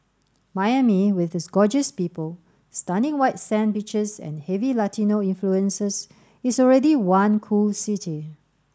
Miami with its gorgeous people stunning white sand beaches and heavy Latino influences is already one cool city